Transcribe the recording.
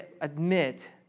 admit